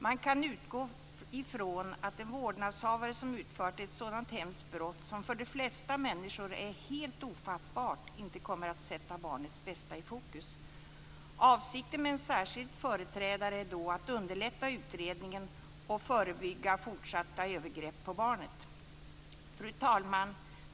Man kan utgå från att en vårdnadshavare som utfört ett så här hemskt brott, som för de flesta människor är helt ofattbart, inte kommer att sätta barnets bästa i fokus. Avsikten med en särskild företrädare är att underlätta utredningen och att förebygga för att förhindra fortsatta övergrepp på barnet. Fru talman!